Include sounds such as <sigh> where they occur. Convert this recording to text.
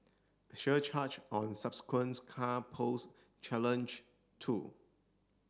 surcharge on subsequent <unintelligible> car pose challenge too